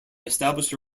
established